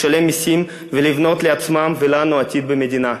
לשלם מסים ולבנות לעצמם ולנו עתיד במדינה.